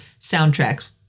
soundtracks